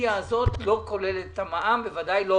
הסובסידיה הזאת לא כוללת את המע"מ, בוודאי לא